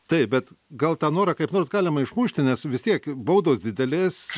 taip bet gal tą norą kaip nors galima išmušti nes vis tiek baudos didelės